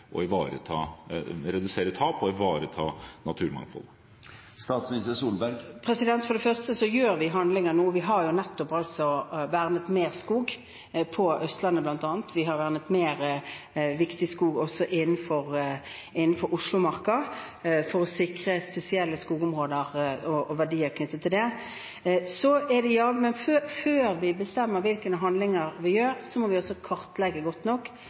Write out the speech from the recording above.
tap og ivareta naturmangfoldet? For det første gjør vi handlinger nå. Vi har nettopp vernet mer skog, på Østlandet bl.a. Vi har vernet mer viktig skog innenfor Oslomarka for å sikre spesielle skogområder og verdier knyttet til det. Men før vi bestemmer hvilke handlinger vi gjør, må vi altså kartlegge godt nok